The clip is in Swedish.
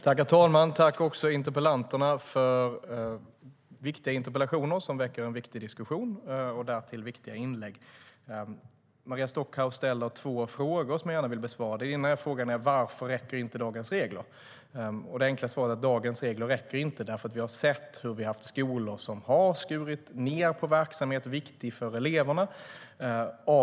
Herr talman! Tack, interpellanterna, för viktiga interpellationer som väcker en angelägen diskussion. Maria Stockhaus ställer två frågor som jag gärna vill besvara. Den ena frågan är: Varför räcker inte dagens regler? Det enkla svaret är att dagens regler inte räcker, för vi har sett skolor som av ekonomiska skäl har skurit ned på verksamhet som varit viktig för eleverna.